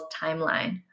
timeline